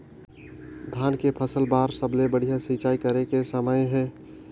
धान के फसल बार सबले बढ़िया सिंचाई करे के समय हे?